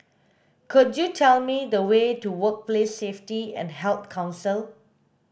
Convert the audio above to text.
could you tell me the way to Workplace Safety and Health Council